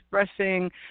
expressing